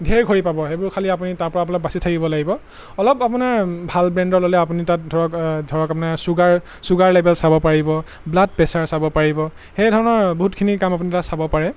ধেৰ ঘড়ী পাব সেইবোৰ খালি আপুনি তাৰপৰা অলপ বাচি থাকিব লাগিব অলপ আপোনাৰ ভাল ব্ৰেণ্ডৰ ল'লে আপুনি তাত ধৰক ধৰক আপোনাৰ চুগাৰ চুগাৰ লেভেল চাব পাৰিব ব্লাড প্ৰেছাৰ চাব পাৰিব সেই ধৰণৰ বহুতখিনি কাম আপুনি তাত চাব পাৰে